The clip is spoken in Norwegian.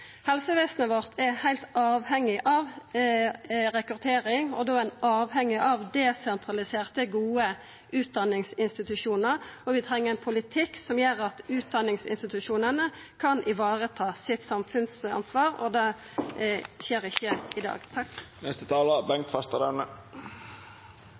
Helsevesenet vårt er heilt avhengig av rekruttering, og da er ein avhengig av desentraliserte, gode utdanningsinstitusjonar. Vi treng ein politikk som gjer at utdanningsinstitusjonane kan vareta samfunnsansvaret sitt. Det skjer ikkje i dag.